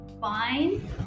fine